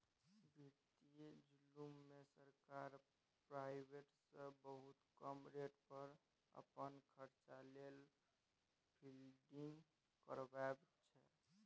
बित्तीय जुलुम मे सरकार प्राइबेट सँ बहुत कम रेट पर अपन खरचा लेल फंडिंग करबाबै छै